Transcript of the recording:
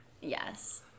Yes